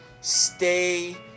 stay